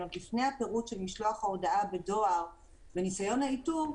עוד לפני הפירוט של משלוח ההודעה בדואר וניסיון האיתור,